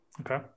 Okay